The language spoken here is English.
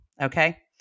Okay